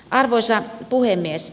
arvoisa puhemies